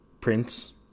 Prince